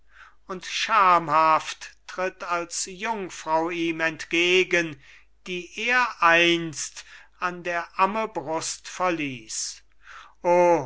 und schamhaft tritt als jungfrau ihm entgegen die er einst an der amme brust verließ o